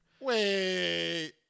Wait